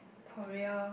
Korea